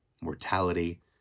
mortality